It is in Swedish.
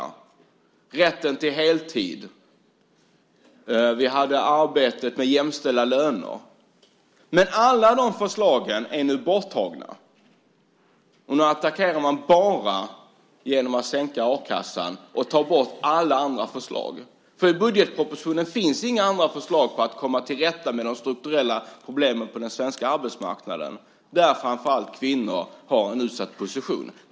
Det handlade om rätten till heltid och arbetet för jämställda löner. Men alla de förslagen är nu borttagna. Nu attackerar man bara genom att sänka a-kassan och ta bort alla andra förslag. För i budgetpropositionen finns inga andra förslag om att komma till rätta med de strukturella problemen på den svenska arbetsmarknaden där framför allt kvinnor har en utsatt position.